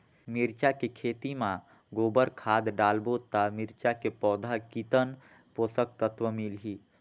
मिरचा के खेती मां गोबर खाद डालबो ता मिरचा के पौधा कितन पोषक तत्व मिलही?